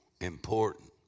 important